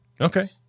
Okay